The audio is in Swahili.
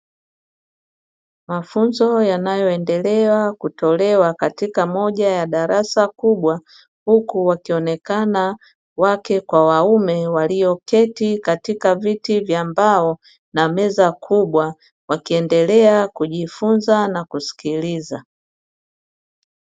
Mafunzo yanayoendelea kutolewa katika moja ya darasa kubwa huku wakionekana wake kwa waume walioketi katika viti vya mbao na meza kubwa wakiendelea kujifunza na kusikiliza